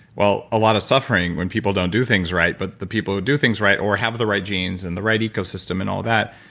well a lot of suffering when people don't do things right, but the people who do things right or have the right genes and the right ecosystem and all that,